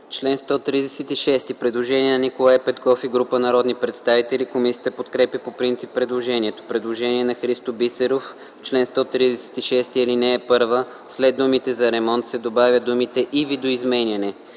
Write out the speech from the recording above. чл. 136 има предложение на Николай Петков и група народни представители. Комисията подкрепя по принцип предложението. Има предложение на Христо Бисеров: В чл. 136, ал. 1 след думите „за ремонт” се добавят думите „и видоизменяне”.